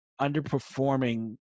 underperforming